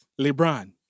LeBron